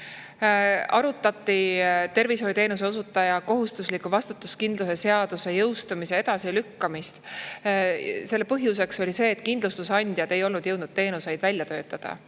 Arutati tervishoiuteenuse osutaja kohustusliku vastutuskindlustuse seaduse jõustumise edasilükkamist. Põhjus oli see, et kindlustusandjad ei olnud jõudnud teenuseid välja töötada,